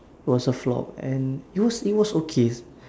was a flop and it was it was okay